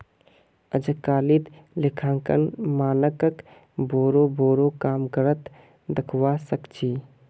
अजकालित लेखांकन मानकक बोरो बोरो काम कर त दखवा सख छि